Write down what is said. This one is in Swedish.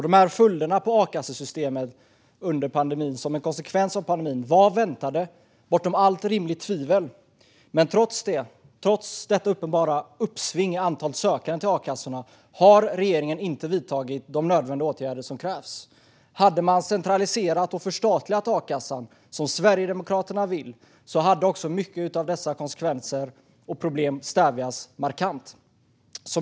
Dessa följder som pandemin har fått för a-kassesystemet var bortom allt rimligt tvivel väntade, men trots detta uppenbara uppsving i antalet sökande till a-kassorna har regeringen inte vidtagit de nödvändiga åtgärder som krävs. Hade man centraliserat och förstatligat a-kassan, som Sverigedemokraterna vill, hade också mycket av dessa konsekvenser och problem kunnat stävjas.